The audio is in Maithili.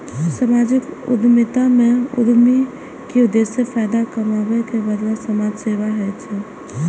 सामाजिक उद्यमिता मे उद्यमी के उद्देश्य फायदा कमाबै के बदला समाज सेवा होइ छै